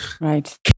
Right